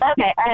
Okay